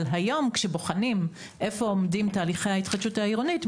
אבל היום כשבוחנים איפה עומדים תהליכי ההתחדשות העירונית,